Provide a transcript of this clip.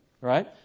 Right